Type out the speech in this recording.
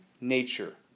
nature